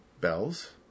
bells